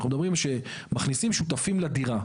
אנחנו מדברים על זה שמכניסים שותפים לדירה.